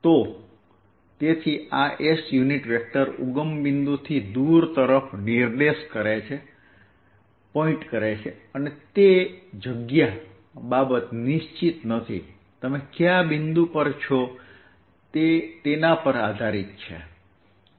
તો તેથી આ S યુનિટ વેક્ટર ઉગમ બિંદુથી દૂર તરફ નિર્દેશ કરે છે અને તે જગ્યા બાબત નિશ્ચિત નથી તમે કયા બિંદુ પર છો તેના પર નિર્ભર છે